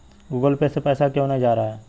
Google Pay से पैसा क्यों नहीं जा रहा है?